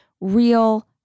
real